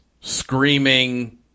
Screaming